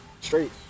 straight